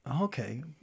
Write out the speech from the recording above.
okay